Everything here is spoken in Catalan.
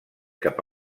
cap